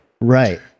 Right